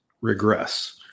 regress